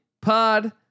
pod